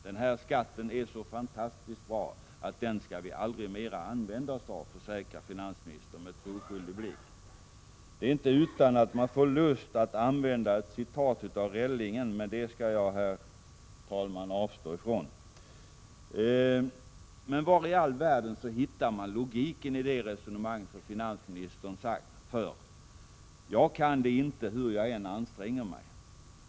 Den här skatten är så fantastiskt bra att den skall vi aldrig mera använda oss av, försäkrar finansministern med troskyldig blick. Det är inte utan att man får lust att använda ett citat av Rellingen — men det skall jag avstå ifrån. Men var i all världen hittar man logiken i det resonemang som finansministern för? Jag finner den inte, hur jag än anstränger mig.